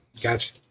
Gotcha